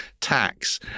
tax